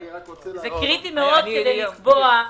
זה קריטי מאוד כדי לקבוע,